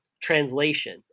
translation